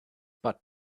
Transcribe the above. but